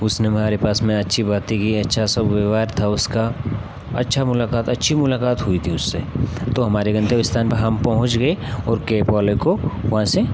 उसने हमारे पास में अच्छी बात यह अच्छा सब व्यवहार था उसका अच्छी मुलाक़ात अच्छी मुलाक़ात हुई थी उससे तो हमारे गंतव्य स्थान पर हम पहुँच गए और कैब वाले को वहां से